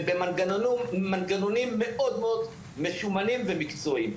ובמנגנונים מאוד מאוד משומנים ומקצועיים.